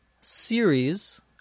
series